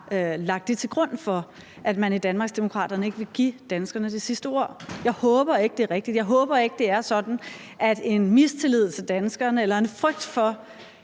lagt det til grund for, at man i Danmarksdemokraterne ikke vil give danskerne det sidste ord. Jeg håber ikke, det er rigtigt. Jeg håber ikke, det er sådan, at en mistillid til danskerne eller en frygt for,